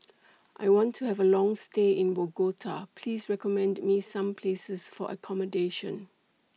I want to Have A Long stay in Bogota Please recommend Me Some Places For accommodation